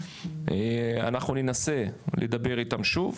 אנחנו ננסה לדבר איתם שוב,